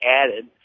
added